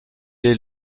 est